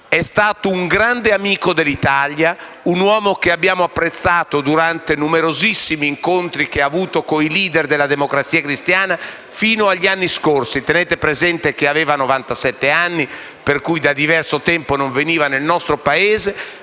È stato un grande amico dell'Italia, un uomo che abbiamo apprezzato durante i numerosissimi incontri che ha avuto con i *leader* della Democrazia cristiana, fino agli anni scorsi. Tenete presente che aveva novantasette anni, per cui da diverso tempo non veniva nel nostro Paese,